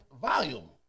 Volume